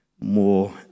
more